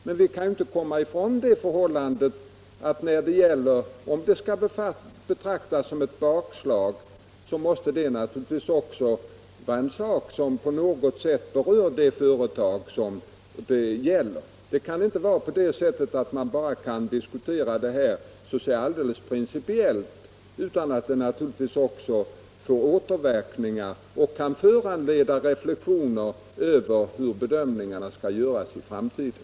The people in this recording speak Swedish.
Men om detta skall betraktas som ett bakslag måste det också beröra företaget. Man kan inte bara diskutera det här principiellt. Det får naturligtvis också återverkningar på framtida beslut och föranleder reflexioner om hur bedömningarna skall göras i framtiden.